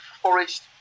Forest